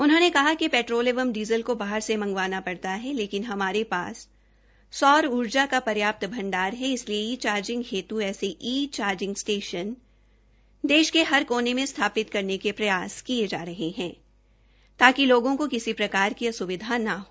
उन्होंने कहा कि पैट्रोल एवं डीजल को बाहर से मंगवाना पड़ता है लेकिन हमारे पास सौर ऊर्जा का पर्याप्त भण्डार है इसलिए ई चार्जिंग हेत् ऐसे ई चार्जिंग स्टेशन देश के हर कोने में स्थापित करने के प्रयास किए जा रहे हैं ताकि लोगों को किसी प्रकार की अस्विधा न हो